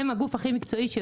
הם הגוף הכי מקצועי.